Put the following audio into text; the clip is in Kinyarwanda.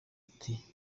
ati